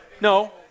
No